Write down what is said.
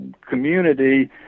community